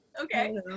okay